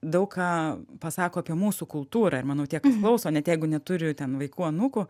daug ką pasako apie mūsų kultūrą ir manau tie kas klauso net jeigu neturi ten vaikų anūkų